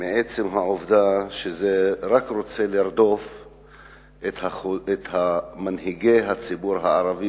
מעצם העובדה שזה רק רוצה לרדוף את מנהיגי הציבור הערבי